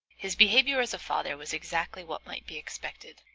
his behavior as a father was exactly what might be expected.